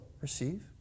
receive